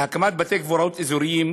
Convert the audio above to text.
להקמת בתי-קברות אזוריים,